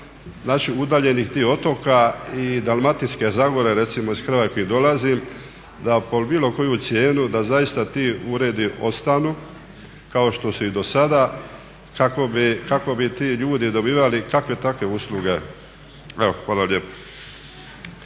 naših udaljenih tih otoka i iz Dalmatinske zagore recimo iz krajeva iz kojih dolazim da pod bilo koju cijenu da zaista ti uredi ostanu kao što su i do sada kako bi ti ljudi dobivali kakve takve usluge. Evo, hvala lijepa.